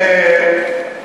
נא לסיים.